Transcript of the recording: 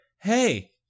hey